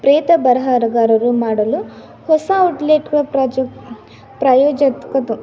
ಪ್ರೇತ ಬರಹಾಗಾರರು ಮಾಡಲು ಹೊಸ ವುಡ್ಲೆಟ್ನ ಪ್ರಾಜೆಕ್ಟ್ ಪ್ರಯೋಜತಕತ್